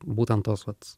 būtent tos vat